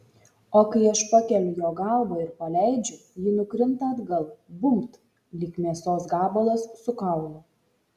o kai aš pakeliu jo galvą ir paleidžiu ji nukrinta atgal bumbt lyg mėsos gabalas su kaulu